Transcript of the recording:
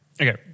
Okay